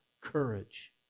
courage